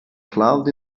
cloud